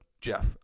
Jeff